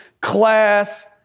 class